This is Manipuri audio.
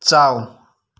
ꯆꯥꯎ